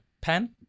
pen